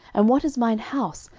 and what is mine house,